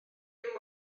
dim